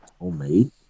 homemade